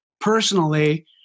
personally